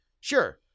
Sure